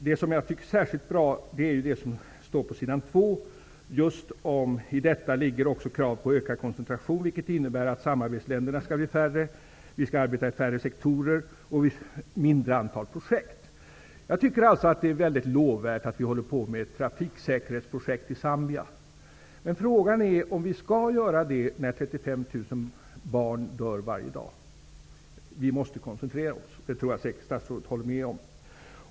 Det som är särskilt bra i svaret är det som står på s. 2 : ''I detta ligger också kravet på ökad koncentration, vilket innebär att samarbetsländerna kan bli färre till antalet, att vi arbetar i färre sektorer i samarbetsländerna och att vi arbetar med färre antal projekt inom sektorerna.'' Jag tycker att det är mycket lovvärt att vi bedriver trafiksäkerhetsprojekt i Zambia. Men frågan är om vi skall göra det när 35 000 barn dör varje dag. Vi måste koncentrera oss. Det tror jag säkert att statsrådet håller med om.